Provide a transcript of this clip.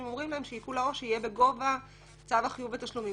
אומרים להם שעיקול העו"ש יהיה בגובה צו החיוב בתשלומים.